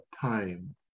time